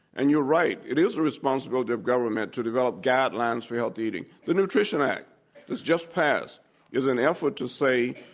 and you're right, it is the responsibility of government to develop guidelines for healthy eating. the nutrition act that's just passed is an effort to say,